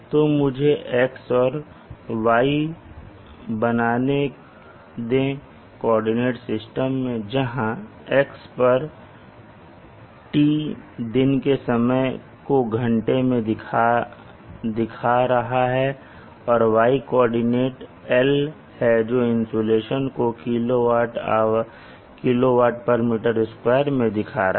तो मुझे X और Y बनाने दे कोऑर्डिनेट सिस्टम में जहां X पर "t" दिन के समय को घंटे में दिखा रहा है और Y कोऑर्डिनेट "L" है जो इंसुलेशन को kWm2 में दिखा रहा है